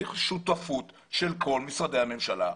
צריך שותפות של כל משרדי הממשלה,